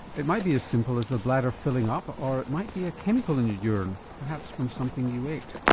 it might be as simple as the bladder filling up or it might be a chemical in your urine, perhaps from something you ate.